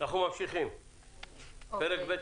פרק ב'